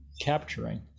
capturing